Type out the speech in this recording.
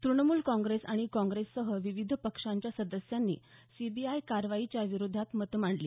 तुणमूल काँग्रेस आणि काँग्रेससह विविध पक्षांच्या सदस्यांनी सीबीआय कारवाईच्या विरोधात मत मांडली